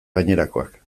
gainerakoak